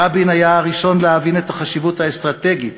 רבין היה הראשון להבין את החשיבות האסטרטגית